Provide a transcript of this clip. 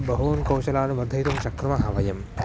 बहूनि कौशलानि वर्धयितुं शक्नुमः वयं